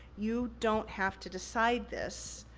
you don't have to decide this.